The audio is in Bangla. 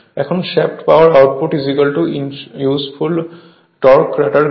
এখন shaft power output useful torque rotor গতি